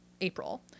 April